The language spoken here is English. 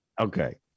Okay